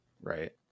right